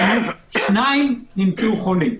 שניים נמצאו חולים.